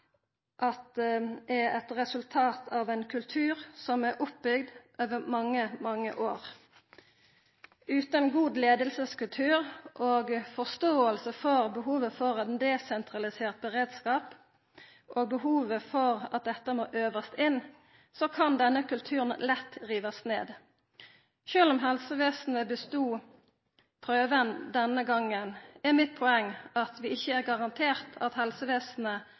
er eit resultat av ein kultur som er bygd opp over mange, mange år. Utan god leiingskultur og forståing for behovet for ein desentralisert beredskap og at dette må øvast inn, kan denne kulturen lett rivast ned. Sjølv om helsevesenet bestod prøven denne gongen, er mitt poeng at vi ikkje er garantert at helsevesenet